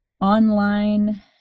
online